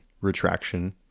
retraction